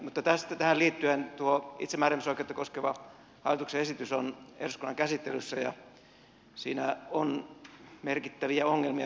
mutta tähän liittyen tuo itsemääräämisoikeutta koskeva hallituksen esitys on eduskunnan käsittelyssä ja siinä on merkittäviä ongelmia